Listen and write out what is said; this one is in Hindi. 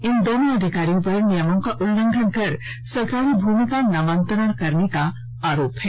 इन दोनों अधिकारियों पर नियमों का उल्लंघन कर सरकारी भूमि का नामांतरण करने का आरोप है